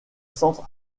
centre